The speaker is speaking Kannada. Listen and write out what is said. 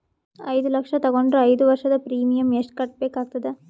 ಐದು ಲಕ್ಷ ತಗೊಂಡರ ಐದು ವರ್ಷದ ಪ್ರೀಮಿಯಂ ಎಷ್ಟು ಕಟ್ಟಬೇಕಾಗತದ?